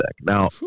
Now